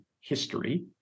history